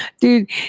Dude